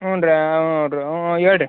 ಹ್ಞೂ ರೀ ಹಾಂ ಹ್ಞೂ ರೀ ಹೇಳಿ ರೀ